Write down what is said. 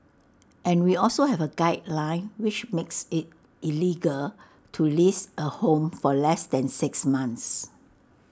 and we also have A guideline which makes IT illegal to lease A home for less than six months